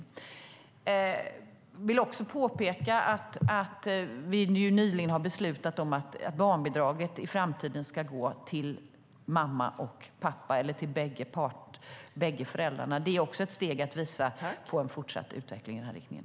Jag vill också påpeka att vi nyligen har beslutat om att barnbidraget i framtiden ska gå till mamma och pappa, eller till bägge föräldrarna. Det är också ett steg i en fortsatt utveckling i den riktningen.